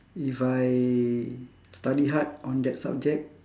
if I study hard on that subject